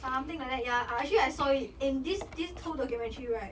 something like that ya actually I saw it and this this whole documentary right